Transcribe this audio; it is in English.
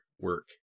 work